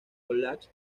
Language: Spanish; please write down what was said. college